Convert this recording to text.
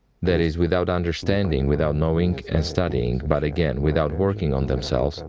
that is, without understanding, without knowing and studying, but again without working on themselves. and